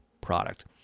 product